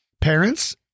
parents